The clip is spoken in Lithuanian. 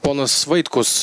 ponas vaitkus